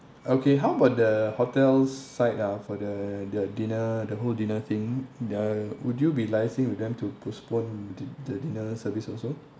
okay how about the hotel's side uh for the the dinner the whole dinner thing the would you be liaising with them to postpone t~ the dinner service also